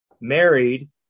Married